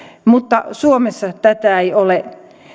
mutta suomessa tätä ei ole